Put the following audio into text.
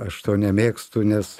aš to nemėgstu nes